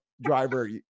driver